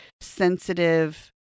sensitive